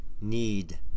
need